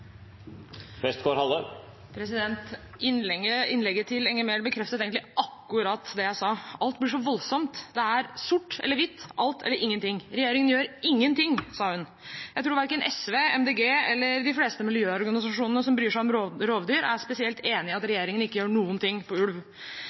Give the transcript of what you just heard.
sort eller hvitt, alt eller ingenting. Regjeringen gjør ingenting, sa hun. Jeg tror verken SV, Miljøpartiet De Grønne eller de fleste miljøorganisasjonene som bryr seg om rovdyr, er spesielt enig i at